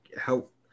help